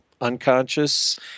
unconscious